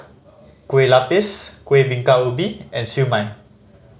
kue lupis Kuih Bingka Ubi and Siew Mai